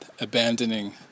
Abandoning